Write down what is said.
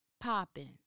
popping